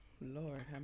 Lord